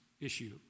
issue